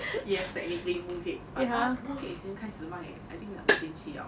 yes technically mooncakes but I mooncakes 已经开始卖 I think 两个星期了